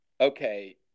okay